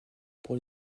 pour